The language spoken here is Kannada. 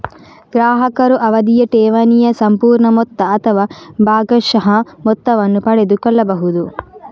ಗ್ರಾಹಕರು ಅವಧಿಯ ಠೇವಣಿಯ ಸಂಪೂರ್ಣ ಮೊತ್ತ ಅಥವಾ ಭಾಗಶಃ ಮೊತ್ತವನ್ನು ಪಡೆದುಕೊಳ್ಳಬಹುದು